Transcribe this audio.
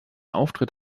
auftritt